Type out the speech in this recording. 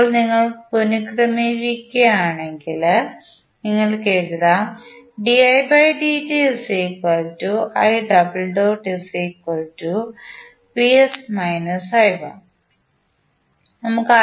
ഇപ്പോൾ നിങ്ങൾ പുനർക്രമീകരിക്കുകയാണെങ്കിൽ നിങ്ങൾക്ക് എഴുതാം നമുക്ക്